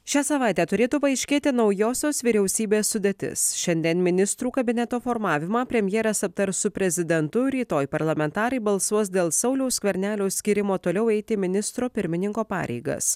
šią savaitę turėtų paaiškėti naujosios vyriausybės sudėtis šiandien ministrų kabineto formavimą premjeras aptars su prezidentu rytoj parlamentarai balsuos dėl sauliaus skvernelio skyrimo toliau eiti ministro pirmininko pareigas